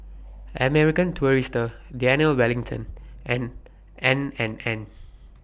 American Tourister Daniel Wellington and N and N N